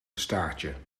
staartje